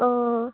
অঁ